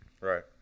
Right